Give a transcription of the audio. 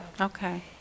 Okay